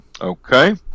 Okay